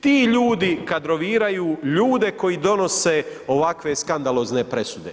Ti ljudi kadroviraju ljude koji donose ovakve skandalozne presude.